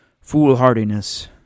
foolhardiness